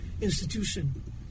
institution